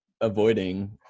avoiding